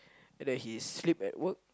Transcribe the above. and then he sleep at work